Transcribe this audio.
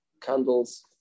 candles